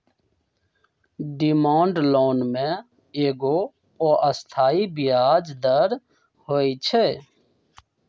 demand loan में एगो अस्थाई ब्याज दर होइ छइ